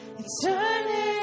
eternity